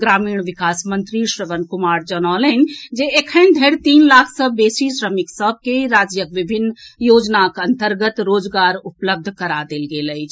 ग्रामीण विकास मंत्री श्रवण कुमार जनौलनि जे एखन धरि तीन लाख सँ बेसी श्रमिक सभ के राज्यक विभिन्न योजनाक अन्तर्गत रोजगार उपलब्ध करा देल गेल अछि